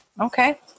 Okay